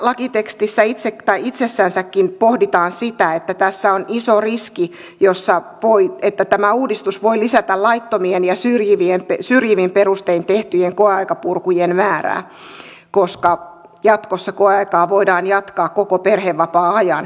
lakitekstissä itsessänsäkin pohditaan sitä että tässä on iso riski että tämä uudistus voi lisätä laittomien ja syrjivin perustein tehtyjen koeaikapurkujen määrää koska jatkossa koeaikaa voidaan jatkaa koko perhevapaan ajan